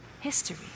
History